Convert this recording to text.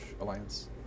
Alliance